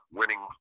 winning